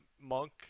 monk